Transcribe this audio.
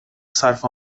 صرف